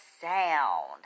sound